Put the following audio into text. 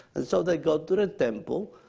and so they go to the temple.